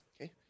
okay